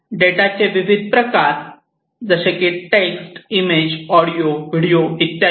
डेटाचे विविध प्रकार टेक्स्ट इमेज ऑडिओ व्हिडिओ इत्यादी